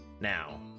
Now